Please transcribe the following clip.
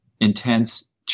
intense